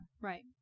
right